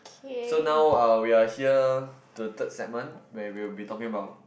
so now uh we are here to the third segment where we will be talking about